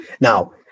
Now